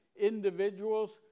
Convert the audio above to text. individuals